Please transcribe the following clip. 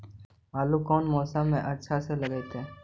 आलू कौन मौसम में अच्छा से लगतैई?